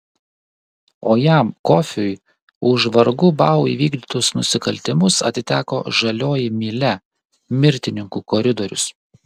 o jam kofiui už vargu bau įvykdytus nusikaltimus atiteko žalioji mylia mirtininkų koridorius